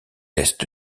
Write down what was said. est